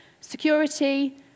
security